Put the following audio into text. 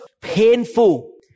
painful